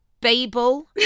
Babel